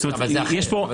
אבל זה אחרת.